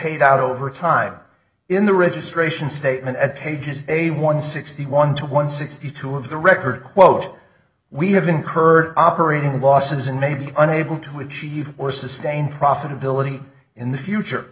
paid out over time in the registration statement at pages a one sixty one to one sixty two of the record quote we have incurred operating losses and may be unable to achieve or sustain profitability in the future